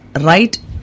right